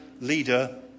leader